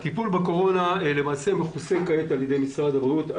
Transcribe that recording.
הטיפול בקורונה מכוסה כעת על ידי משרד הבריאות.